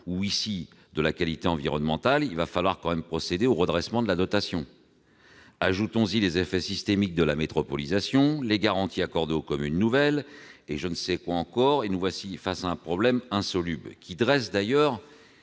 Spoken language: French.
ou, comme ici, environnementale de la commune, il va tout de même falloir procéder au redressement de cette dotation. Ajoutons-y les effets systémiques de la métropolisation, les garanties accordées aux communes nouvelles, et je ne sais quoi encore, et nous voici face à un problème insoluble, qui peut d'ailleurs